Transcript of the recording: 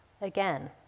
Again